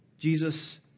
Jesus